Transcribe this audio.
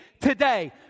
today